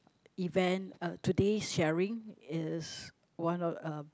event uh today's sharing is one of uh